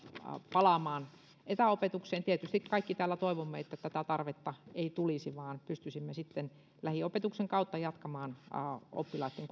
palaamaan etäopetukseen tietysti kaikki täällä toivomme että tätä tarvetta ei tulisi vaan pystyisimme sitten lähiopetuksen kautta jatkamaan oppilaitten